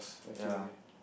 ya